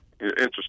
Interesting